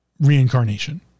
reincarnation